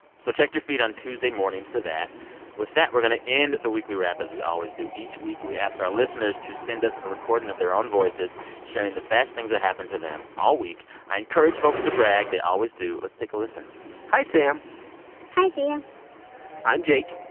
so check your feed on tuesday morning for that with that, we're going to end the weekly wrap as we always do. each week, we ask our listeners to send us a recording of their own voices sharing the best things that happened to them all week. i encourage folks to brag. they always do. let's take a listen hi, sam hi, sam i'm jake